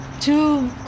two